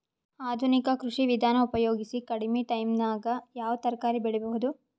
ಆಧುನಿಕ ಕೃಷಿ ವಿಧಾನ ಉಪಯೋಗಿಸಿ ಕಡಿಮ ಟೈಮನಾಗ ಯಾವ ತರಕಾರಿ ಬೆಳಿಬಹುದು?